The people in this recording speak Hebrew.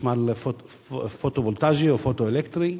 חשמל פוטו-וולטאי או פוטו-אלקטרי,